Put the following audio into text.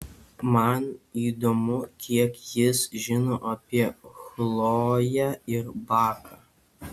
man įdomu kiek jis žino apie chloję ir baką